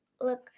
look